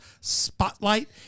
Spotlight